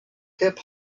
hip